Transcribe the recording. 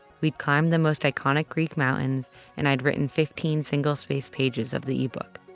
we'd climbed the most iconic greek mountains and i'd written fifteen single-spaced pages of the ebook.